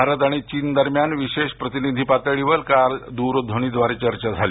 भारत आणि चीनदरम्यान विशेष प्रतिनिधी पातळीवर काल दूरध्वनीद्वारे चर्चा झाली